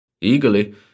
Eagerly